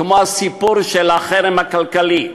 כמו הסיפור של החרם הכלכלי?